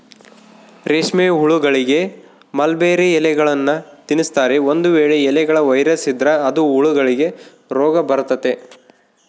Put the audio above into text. ರೇಷ್ಮೆಹುಳಗಳಿಗೆ ಮಲ್ಬೆರ್ರಿ ಎಲೆಗಳ್ನ ತಿನ್ಸ್ತಾರೆ, ಒಂದು ವೇಳೆ ಎಲೆಗಳ ವೈರಸ್ ಇದ್ರ ಅದು ಹುಳಗಳಿಗೆ ರೋಗಬರತತೆ